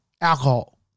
alcohol